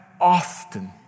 often